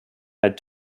had